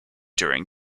during